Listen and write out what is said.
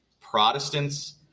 Protestants